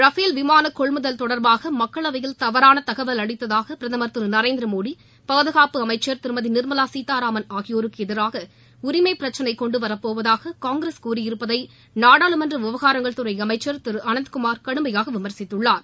Rafale விமான கொள்முதல் தொடர்பாக மக்களவையில் தவறான தகவல் அளித்ததாக பிரதமர் திரு நரேந்திர மோடி பாதுகாப்பு அமைச்சர் திருமதி நிர்மலா சீத்தாராமன் ஆகியோருக்கு எதிராக உரிமை கொண்டுவரப் போவதாக காங்கிரஸ் கூறியிருப்பதை நாடாளுமன்ற விவகாரங்கள் துறை பிரச்சனை அமைச்சா் திரு அனந்த்குமார் கடுமையாக விமர்சித்துள்ளார்